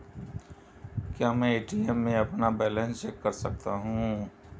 क्या मैं ए.टी.एम में अपना बैलेंस चेक कर सकता हूँ?